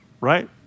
right